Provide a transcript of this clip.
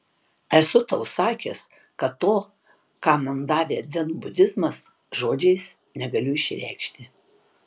esu tau sakęs kad to ką man davė dzenbudizmas žodžiais negaliu išreikšti